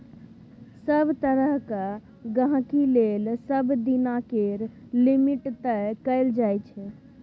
सभ तरहक गहिंकी लेल सबदिना केर लिमिट तय कएल जाइ छै